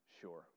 Sure